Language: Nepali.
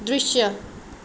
दृश्य